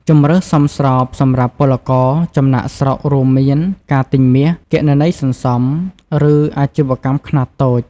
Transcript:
ជម្រើសសមស្របសម្រាប់ពលករចំណាកស្រុករួមមានការទិញមាស គណនីសន្សំ ឬអាជីវកម្មខ្នាតតូច។